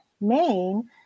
Maine